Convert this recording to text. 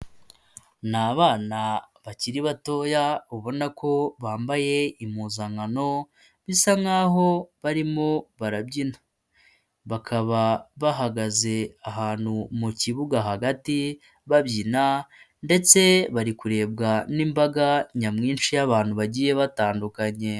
Ni abana bakiri batoya, ubona ko bambaye impuzankano, bisa nkaho barimo barabyina, bakaba bahagaze ahantu mu kibuga hagati babyina, ndetse bari kurebwa n'imbaga nyamwinshi y'abantu bagiye batandukanye.